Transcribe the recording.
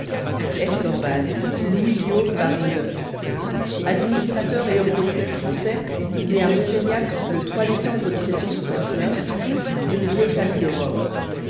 escorval louis guillaume baron d administrateur et homme politique français né à montaignac le décembre d'une vieille famille de robe